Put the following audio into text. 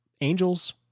angels